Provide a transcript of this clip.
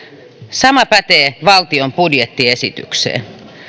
sama pätee valtion budjettiesitykseen